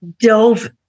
dove